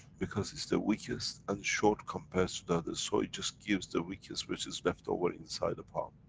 because it's the weakest, and short compares to the others. so it just gives the weakest which is left over inside the palm.